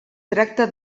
tracta